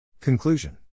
Conclusion